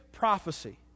prophecy